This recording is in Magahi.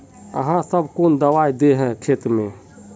आहाँ सब कौन दबाइ दे है खेत में?